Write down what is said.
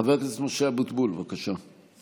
חבר הכנסת משה אבוטבול, בבקשה.